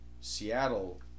Seattle